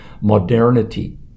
modernity